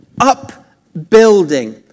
Upbuilding